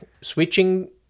switching